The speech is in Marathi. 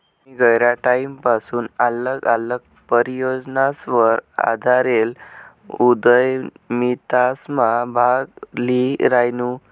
मी गयरा टाईमपसून आल्लग आल्लग परियोजनासवर आधारेल उदयमितासमा भाग ल्ही रायनू